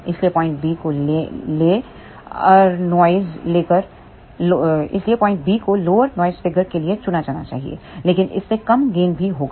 इसलिए point B को lower noise figure के लिए चुना जाना चाहिए लेकिन इससे कम गेन भी होगा